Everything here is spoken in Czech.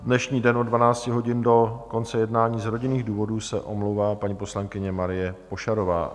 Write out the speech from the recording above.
Dnešní den od 12 hodin do konce jednání z rodinných důvodů se omlouvá paní poslankyně Marie Pošarová.